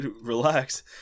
relax